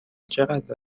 چقدر